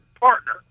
partner